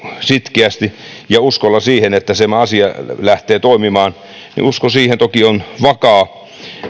sitkeästi ja uskolla siihen että se asia lähtee toimimaan usko siihen toki on vakaa